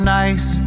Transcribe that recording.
nice